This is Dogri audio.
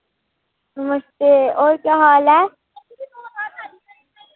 नमस्ते और क्या हाल ऐ